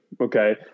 Okay